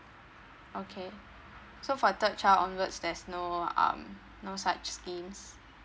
okay so for the third child onwards there's no um no such schemes